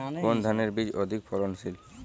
কোন ধানের বীজ অধিক ফলনশীল?